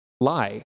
lie